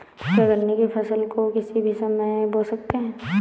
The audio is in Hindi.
क्या गन्ने की फसल को किसी भी समय बो सकते हैं?